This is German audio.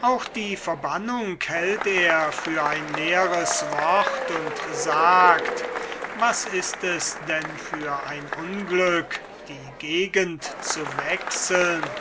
auch die verbannung hält er für ein leeres wort und sagt was ist es denn für ein unglück die gegend zu wechseln